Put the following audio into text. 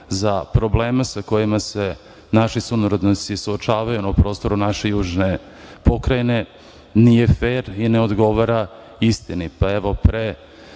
za probleme sa kojima se naši sunarodnici suočavaju na prostoru naše južne pokrajine, nije fer i ne odgovara istini.